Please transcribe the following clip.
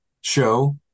show